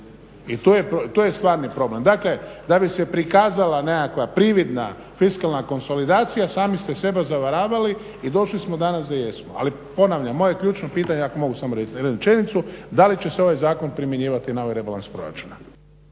i to je stvarni problem. Dakle, da bi se prikazala nekakva prividna fiskalna konsolidacija sami ste sebe zavaravali i došli smo danas gdje jesmo. Ali ponavljam, moje ključno pitanje je da li će se ovaj zakon primjenjivati na ovaj rebalans proračuna.